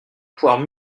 poires